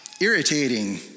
irritating